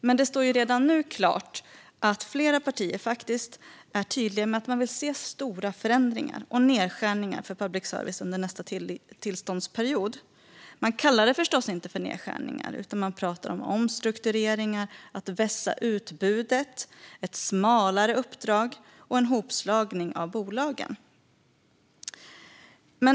Men det står redan nu klart att flera partier faktiskt är tydliga med att man vill se stora förändringar och nedskärningar för public service under nästa tillståndsperiod. Man kallar det förstås inte nedskärningar, utan man pratar om omstruktureringar, om att vässa utbudet, om ett smalare uppdrag och om en hopslagning av bolagen.